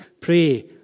pray